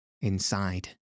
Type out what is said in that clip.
inside